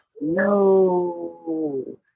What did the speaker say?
No